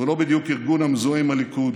לא בדיוק ארגון המזוהה עם הליכוד,